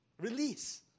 Release